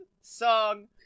song